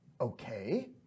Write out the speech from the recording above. Okay